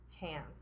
Ham